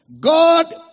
God